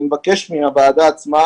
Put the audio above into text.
אני מבקש מהוועדה עצמה,